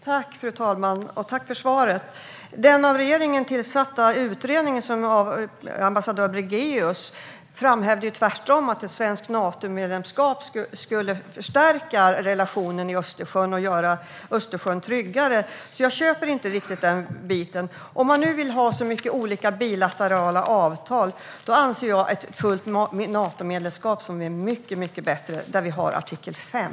Fru talman! Tack för svaret! Den av regeringen tillsatta utredningen som leds av ambassadör Bringéus framhävde tvärtom att ett svenskt Natomedlemskap skulle förstärka relationen i Östersjön och göra Östersjön tryggare, så jag köper inte riktigt den biten. Om man nu vill ha så många olika bilaterala avtal anser jag att ett fullt Natomedlemskap är mycket, mycket bättre. Där har vi artikel 5.